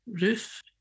roof